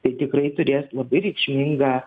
tai tikrai turės labai reikšmingą